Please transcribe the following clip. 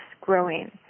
growing